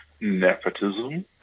Nepotism